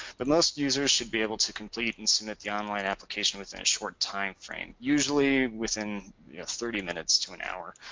but most users should be able to complete and submit the online application within a short time frame. usually within thirty minutes to an hour.